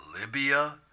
Libya